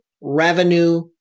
revenue